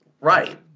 Right